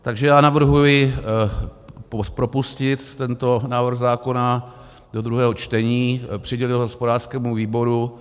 Takže navrhuji propustit tento návrh zákona do druhého čtení, přidělit hospodářskému výboru.